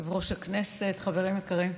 יושב-ראש הישיבה, חברים יקרים,